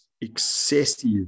excessive